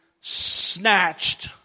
snatched